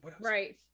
Right